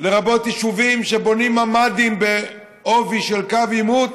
לרבות יישובים שבונים ממ"דים בעובי של קו עימות,